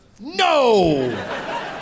No